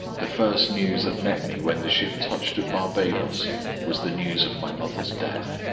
the first news that met me when the ship touched at barbadoes was the news of my mother's death.